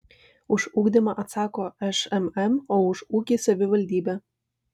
už ugdymą atsako šmm o už ūkį savivaldybė